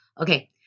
Okay